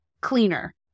cleaner